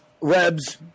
Rebs